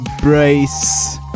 brace